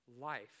life